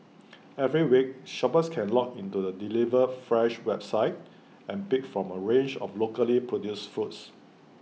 every week shoppers can log into the delivered fresh website and pick from A range of locally produced foods